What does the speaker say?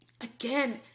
Again